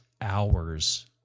hours